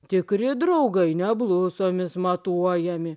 tikri draugai ne blusomis matuojami